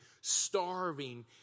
starving